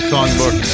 Songbook